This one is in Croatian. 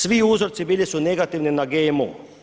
Svi uzorci bili su negativni na GMO.